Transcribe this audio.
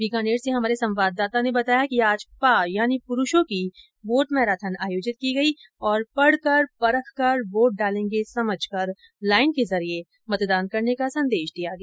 बीकानेर से हमारे संवाददाता ने बताया कि आज पा यानी पुरूषो की वोट मैराथन आयोजित की गई और पढकर परखकर वोट डालेंगे समझकर लाईन के जरिये मतदान करने का संदेश दिया गया